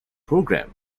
program